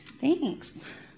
Thanks